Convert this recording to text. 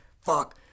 fuck